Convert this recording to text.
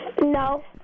No